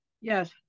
Yes